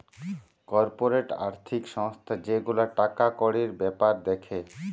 corporate আর্থিক সংস্থা যে গুলা টাকা কড়ির বেপার দ্যাখে